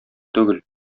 түгел